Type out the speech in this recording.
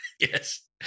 Yes